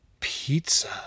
pizza